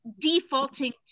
defaulting